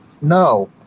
no